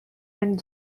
and